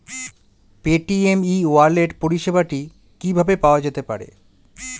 Paytm e wallet পরিষেবাটি কিভাবে পাওয়া যেতে পারে?